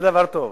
אז זה דבר טוב.